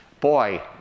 boy